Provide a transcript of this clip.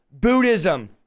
Buddhism